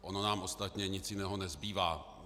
Ono nám ostatně nic jiného nezbývá.